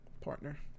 partner